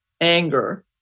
anger